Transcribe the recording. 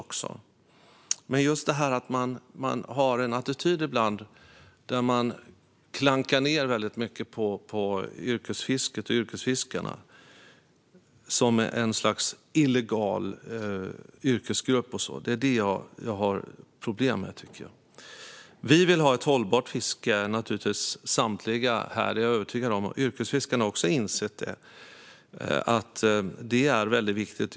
Men man har tyvärr ibland en attityd där man klankar ned mycket på yrkesfisket och yrkesfiskarna som ett slags illegal yrkesgrupp. Det är detta jag har problem med. Vi vill säkert alla här ha ett hållbart fiske - det är jag övertygad om - och yrkesfiskarna har också insett att det är väldigt viktigt.